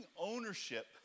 ownership